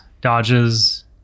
dodges